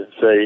say